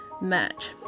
match